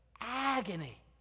agony